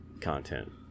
content